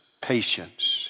patience